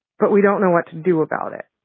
but we don't know what to do about it.